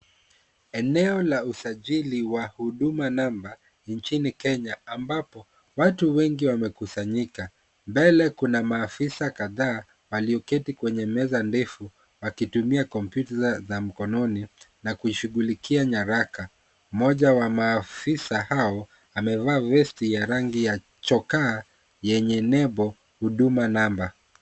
Eneo la usajili wa Huduma Namba nchini Kenya ambapo watu wengi wamekusanyika. Mbele kuna maafisa kadhaa, walioketi kwenye meza ndefu, wakitumia kompyuta za mkononi na kuishugulikia nyaraka. Mmoja wa maafisa hao amevaa vesti ya rangi ya chokaa yenye nembo Huduma Namba.